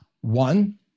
One